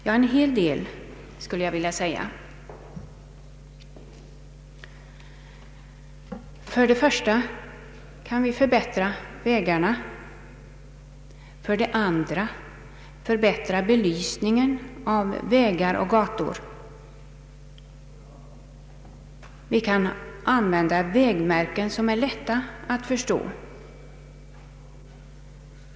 Ja, en hel del, skulle jag vilja säga. För det första kan vi förbättra vägarna. För det andra kan vi förbättra belysningen av vägar och gator. Vidare kan vi använda vägmärken som är lätta att förstå.